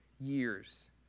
years